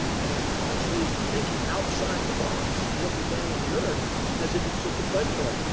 and i'm constantly thinking outside the box and looking down on the earth as if it's just a play toy.